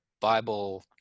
Bible